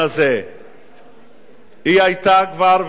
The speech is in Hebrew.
על ההצעה הזאת ישיב סגן שר הבריאות יעקב ליצמן.